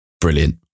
brilliant